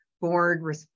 board